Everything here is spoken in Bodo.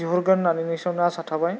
बिहरगोन होननानैनो नोंसिनाव आसा थाबाय